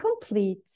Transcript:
complete